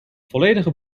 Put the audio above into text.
volledige